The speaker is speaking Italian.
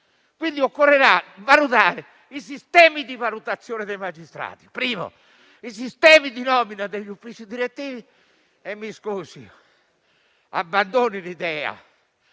Quindi occorrerà valutare i sistemi di valutazione dei magistrati e i sistemi di nomina degli uffici direttivi. E, mi scusi, abbandoni l'idea